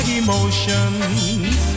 emotions